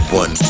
one